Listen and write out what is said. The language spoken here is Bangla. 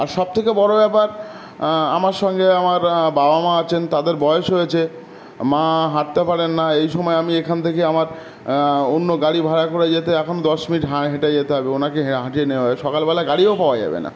আর সব থেকে বড়ো ব্যাপার আমার সঙ্গে আমার বাবা মা আছেন তাদের বয়স হয়েছে মা হাঁটতে পারেন না এই সময় আমি এখান থেকে আমার অন্য গাড়ি ভাড়া করে যেতে এখন দশ মিনিট হেঁটে যেতে হবে ওনাকে হাঁটিয়ে সকালবেলা গাড়িও পাওয়া যাবে না